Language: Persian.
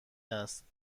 است